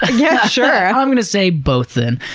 ah yeah, sure! i'm gonna say both, then.